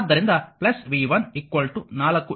ಆದ್ದರಿಂದ v1 4i